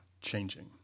changing